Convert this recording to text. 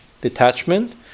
detachment